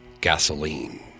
Gasoline